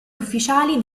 ufficiali